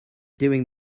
doing